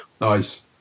Nice